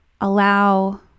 allow